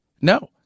No